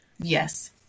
Yes